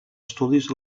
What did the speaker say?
estudis